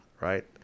right